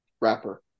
wrapper